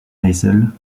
isle